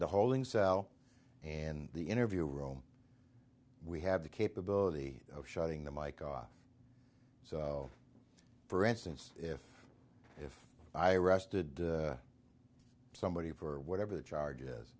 the holding cell and the interview room we have the capability of shutting the mike off so for instance if if i arrested somebody for whatever the charges